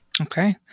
Okay